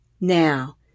Now